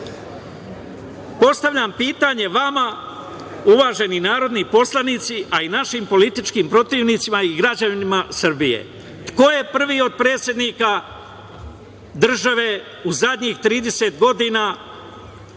Postavljam pitanje vama, uvaženi narodni poslanici, a i našim političkim protivnicima i građanima Srbije – Ko je prvi od predsednika države u zadnjih 30 godina